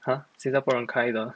!huh! 新加坡人开的